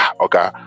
okay